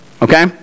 Okay